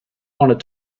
want